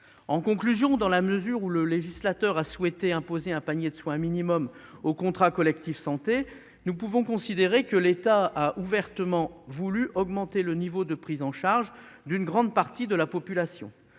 En conclusion, dans la mesure où le législateur a souhaité imposer un panier de soins minimum aux contrats collectifs de santé, nous pouvons considérer que l'État a ouvertement voulu augmenter le niveau de prise en charge d'une grande partie de la population.